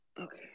okay